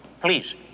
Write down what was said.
please